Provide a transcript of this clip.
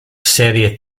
serie